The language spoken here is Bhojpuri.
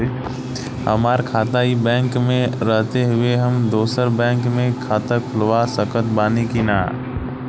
हमार खाता ई बैंक मे रहते हुये हम दोसर बैंक मे खाता खुलवा सकत बानी की ना?